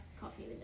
coffee